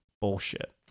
bullshit